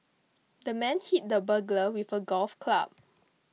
the man hit the burglar with a golf club